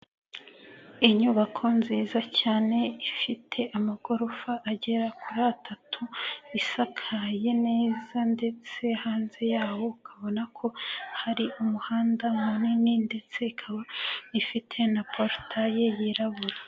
Inyubako nziza cyane ifite amagorofa agera kuri atatu, isakaye neza ndetse hanze yawo ukabona ko hari umuhanda munini ndetse ikaba ifite na porutaye yirabura.